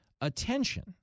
attention